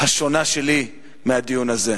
השונה שלי בדיון הזה.